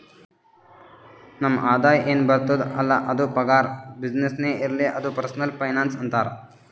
ನಮ್ ಆದಾಯ ಎನ್ ಬರ್ತುದ್ ಅಲ್ಲ ಅದು ಪಗಾರ, ಬಿಸಿನ್ನೆಸ್ನೇ ಇರ್ಲಿ ಅದು ಪರ್ಸನಲ್ ಫೈನಾನ್ಸ್ ಅಂತಾರ್